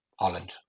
Holland